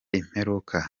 imperuka